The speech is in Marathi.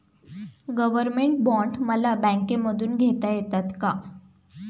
गव्हर्नमेंट बॉण्ड मला बँकेमधून घेता येतात का?